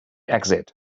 exit